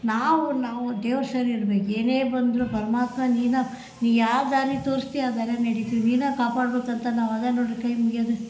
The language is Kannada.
ನಾವು ನಾವು ದೇವ್ರು ಸರಿ ಇರ್ಬೇಕು ಏನೇ ಬಂದರು ಪರಮಾತ್ಮ ನೀನೆ ನೀ ಯಾವ ದಾರಿ ತೋರಿಸ್ತೀಯ ಆ ದಾರಿಯಲ್ಲಿ ನಡಿತಿವಿ ನೀನೇ ಕಾಪಾಡಬೇಕಂತ ನಾವು ಅದು ನೋಡಿರಿ ಕೈ ಮುಗಿಯೋದು